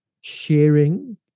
sharing